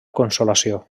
consolació